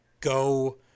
go